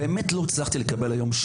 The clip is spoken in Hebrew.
באמת לא הצלחתי לקבל היום,